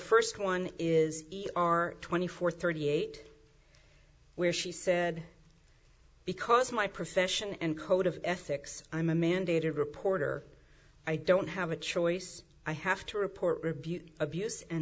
first one is r twenty four thirty eight where she said because my profession and code of ethics i'm a mandated reporter i don't have a choice i have to report rebuke abuse and